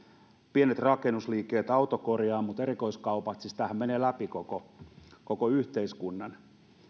pienet rakennusliikkeet autokorjaamot erikoiskaupat eli tämähän menee läpi koko koko yhteiskunnan